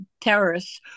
terrorists